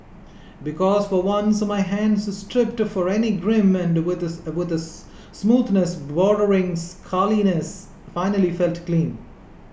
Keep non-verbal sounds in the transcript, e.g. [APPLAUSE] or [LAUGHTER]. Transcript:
because for once my hands stripped for any grime and [UNINTELLIGIBLE] smoothness bordering scaliness finally felt clean